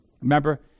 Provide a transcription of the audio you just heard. Remember